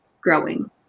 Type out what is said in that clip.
growing